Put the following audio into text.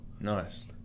Nice